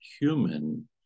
human